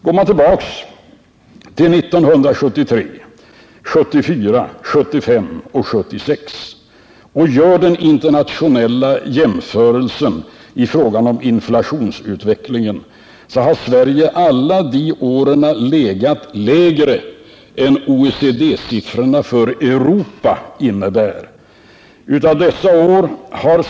Går man tillbaka till 1973, 1974, 1975 och 1976 och gör en internationell jämförelse i fråga om inflationsutvecklingen, så finner man att Sverige alla de åren har legat lägre än vad OECD-siffrorna för Europa innebär.